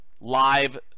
live